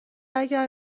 اگر